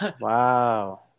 Wow